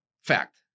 Fact